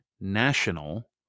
national